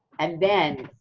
and then,